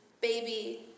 baby